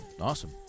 Awesome